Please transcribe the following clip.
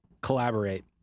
Collaborate